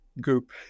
group